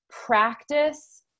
Practice